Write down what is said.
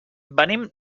venim